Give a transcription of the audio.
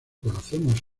conocemos